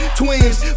twins